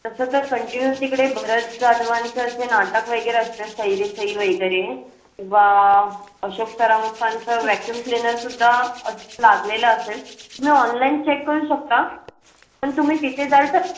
तसं तर कंटिन्यूस तिकडे भरत जाधवांचं असे नाटक वगैरे असते सैरी सई वगैरे किंवा अशोक सराफांचं वॅक्युम क्लिनर सुद्धा लागलेलं असेल तुम्ही ऑनलाईन चेक करू शकता पण तुम्ही तिथे जाल तर